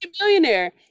millionaire